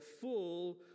full